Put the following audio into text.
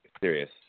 serious